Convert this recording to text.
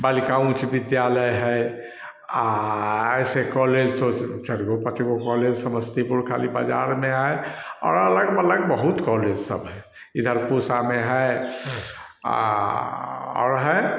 बालिका उच्च विद्यालय है ऐसे कॉलेज तो चार गो पाँच गो कॉलेज समस्तीपुर खाली बाज़ार में आए और अलग अलग बहुत कॉलेज सब है इधर पूसा में है और है